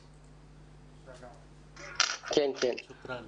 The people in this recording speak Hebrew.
כן, כן.